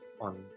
on